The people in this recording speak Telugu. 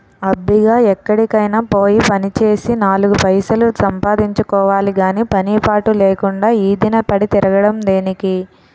అబ్బిగా ఎక్కడికైనా పోయి పనిచేసి నాలుగు పైసలు సంపాదించుకోవాలి గాని పని పాటు లేకుండా ఈదిన పడి తిరగడం దేనికి?